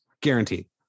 Guaranteed